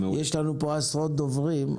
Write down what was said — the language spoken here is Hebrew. יש לנו פה עשרות דוברים.